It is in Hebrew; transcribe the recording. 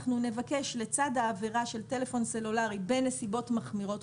אנחנו נבקש לצד העבירה של טלפון סלולרי בנסיבות מחמירות,